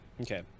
Okay